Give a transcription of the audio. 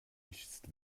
ist